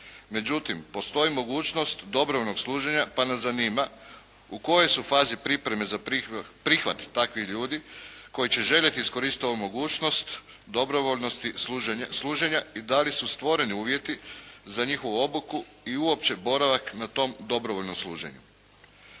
Međutim, postoji mogućnost dobrovoljnog služenja, pa nas zanima u kojoj su fazi pripreme za prihvat takvih ljudi, koji će željeti iskoristiti ovu mogućnost dobrovoljnosti služenja i da li su stvoreni uvjeti za njihovu obuku i uopće boravak na tom dobrovoljnom služenju.